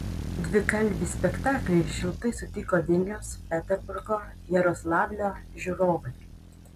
dvikalbį spektaklį šiltai sutiko vilniaus peterburgo jaroslavlio žiūrovai